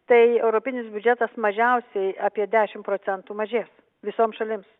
tai europinis biudžetas mažiausiai apie dešim procentų mažės visom šalims